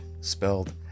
Spelled